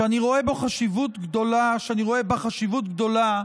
שאני רואה בה חשיבות גדולה,